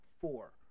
four